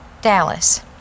Dallas